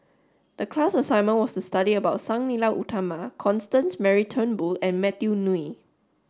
the class assignment was to study about Sang Nila Utama Constance Mary Turnbull and Matthew Ngui